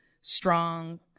strong